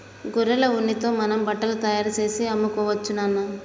గొర్రెల ఉన్నితో మనం బట్టలు తయారుచేసి అమ్ముకోవచ్చు నాన్న